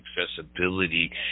accessibility